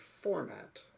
format